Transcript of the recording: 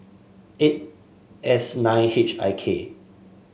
eight S nine H I K